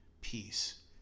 peace